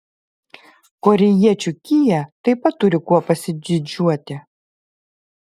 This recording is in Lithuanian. korėjiečių kia taip pat turi kuo pasididžiuoti